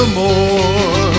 more